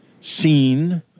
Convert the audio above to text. seen